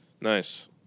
Nice